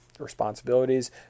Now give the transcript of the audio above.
responsibilities